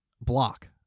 block